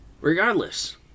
regardless